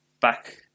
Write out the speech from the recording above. back